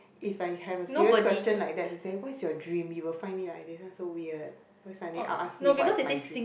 if I have a serious question like that Singapore is your dream you will find me like this this one so weird why suddenly oh ask me what is my dream